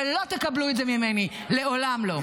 ולא תקבלו את זה ממני, לעולם לא.